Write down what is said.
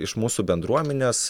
iš mūsų bendruomenės